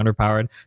underpowered